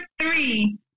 three